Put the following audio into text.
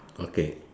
okay